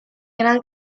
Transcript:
gran